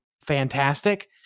fantastic